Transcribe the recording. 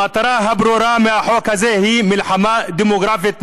המטרה הברורה של החוק הזה היא מלחמה דמוגרפית,